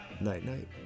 Night-night